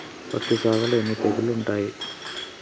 పత్తి సాగులో ఎన్ని తెగుళ్లు ఉంటాయి?